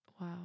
Wow